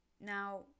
Now